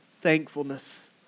thankfulness